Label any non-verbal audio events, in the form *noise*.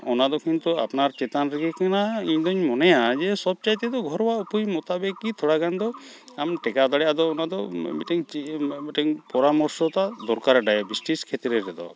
ᱚᱱᱟᱫᱚ ᱠᱤᱱᱛᱩ ᱟᱯᱱᱟᱨ ᱪᱮᱛᱟᱱᱨᱮᱜᱮ ᱠᱟᱱᱟ ᱤᱧᱫᱚᱧ ᱢᱚᱱᱮᱭᱟ ᱡᱮ ᱥᱚᱵᱽᱪᱟᱭᱛᱮᱫᱚ ᱜᱷᱚᱨᱳᱣᱟ ᱩᱯᱟᱹᱭ ᱢᱳᱛᱟᱵᱮᱠᱜᱮ ᱛᱷᱚᱲᱟᱜᱟᱱᱫᱚ ᱟᱢ ᱴᱮᱠᱟᱣ ᱫᱟᱲᱮᱜᱼᱟ ᱟᱫᱚ ᱚᱱᱟᱫᱚ ᱢᱤᱫᱴᱮᱱ *unintelligible* ᱢᱤᱫᱴᱮᱱ ᱯᱚᱨᱟᱢᱚᱨᱥᱚ ᱫᱚ ᱫᱚᱨᱠᱟᱨᱟ ᱵᱟᱭᱟᱵᱮᱴᱤᱥ ᱠᱷᱮᱛᱨᱮ ᱨᱮᱫᱚ